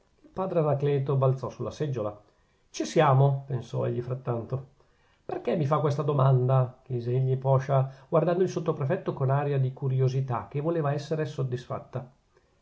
padre anacleto balzò sulla seggiola ci siamo pensò egli frattanto perchè mi fa questa domanda chiese egli poscia guardando il sottoprefetto con aria di curiosità che voleva essere soddisfatta